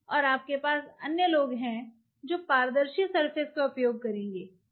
और आपके पास अन्य लोग हैं जो पारदर्शी सरफेस का उपयोग करेंगे